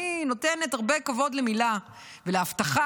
אני נותנת הרבה כבוד למילה ולהבטחה,